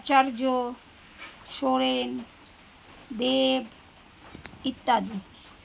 আচার্য সোরেন দেব ইত্যাদি